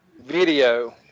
video